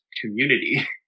Community